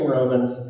Romans